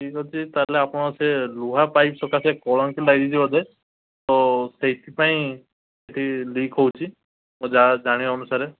ଠିକ୍ ଅଛି ତା'ହେଲେ ଆପଣ ସେ ଲୁହା ପାଇପ୍ ସକାଶେ କଳଙ୍କି ଲାଗିଛି ବୋଧେ ଓ ସେଇଥିପାଇଁ ଇଏ ଲିକ୍ ହେଉଛି ଯାହା ଜାଣିବା ଅନୁସାରେ